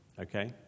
Okay